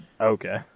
Okay